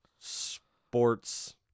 sports